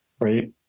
right